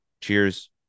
Cheers